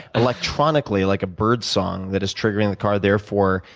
electronically like a bird song that is triggering the car, therefore,